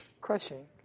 crushing